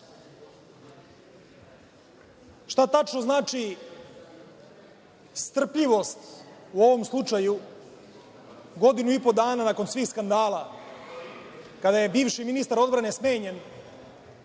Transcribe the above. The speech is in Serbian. Šta tačno znači strpljivost, u ovom slučaju, godinu i po dana, nakon svih skandala, kada je bivši ministar odbrane smenjen,